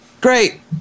Great